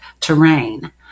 terrain